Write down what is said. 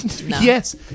Yes